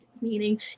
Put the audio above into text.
Meaning